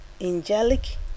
angelic